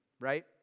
right